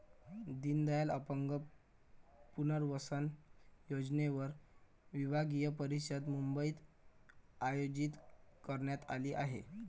दीनदयाल अपंग पुनर्वसन योजनेवर विभागीय परिषद मुंबईत आयोजित करण्यात आली आहे